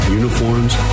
uniforms